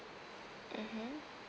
mmhmm